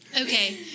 Okay